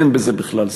אין בזה בכלל ספק,